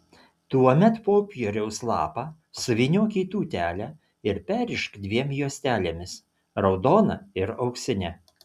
tuomet popieriaus lapą suvyniok į tūtelę ir perrišk dviem juostelėmis raudona ir auksine